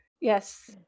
Yes